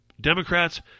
Democrats